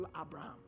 Abraham